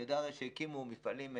אני יודע שהקימו מפעלים,